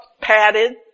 padded